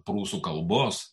prūsų kalbos